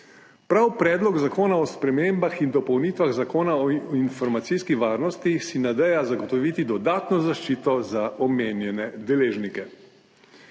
Prav Predlog zakona o spremembah in dopolnitvah Zakona o informacijski varnosti si nadeja zagotoviti dodatno zaščito za omenjene deležnike.